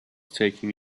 taking